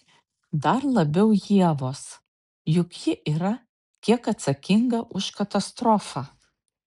dar labiau ievos juk ji yra kiek atsakinga už katastrofą